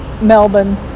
Melbourne